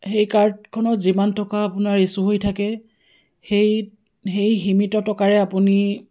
সেই কাৰ্ডখনত যিমান টকা আপোনাৰ ইছ্য়ু হৈ থাকে সেই সেই সীমিত টকাৰে আপুনি